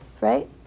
right